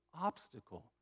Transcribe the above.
obstacle